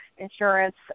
insurance